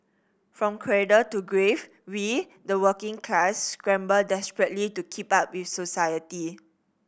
from cradle to grave we the working class scramble desperately to keep up with society